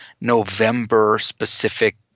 November-specific